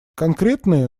конкретные